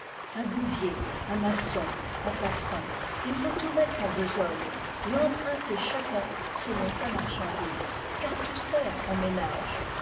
un bouvier un maçon un passant il faut tout mettre en besogne et emprunter chacun selon sa marchandise car tout sert en ménage